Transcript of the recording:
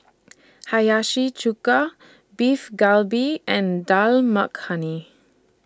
Hiyashi Chuka Beef Galbi and Dal Makhani